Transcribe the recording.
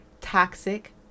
toxic